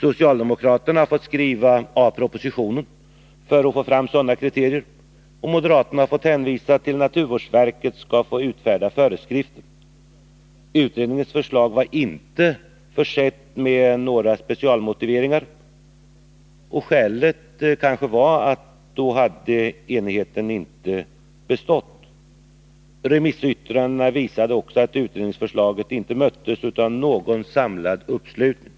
— Socialdemokraterna har fått skriva av propositionen för att få fram sådana kriterier, och moderaterna har fått hänvisa till att naturvårdsverket skall få utfärda föreskrifter. — Utredningens förslag var inte försett med några specialmotiveringar. Skälet var kanske att enigheten då inte skulle ha kunnat bestå. Remissyttrandena visade också att utredningsförslaget inte möttes av någon samlad uppslutning.